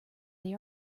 they